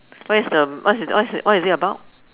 where is the what is what is what is it about